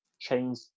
change